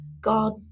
God